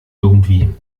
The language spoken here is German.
irgendwie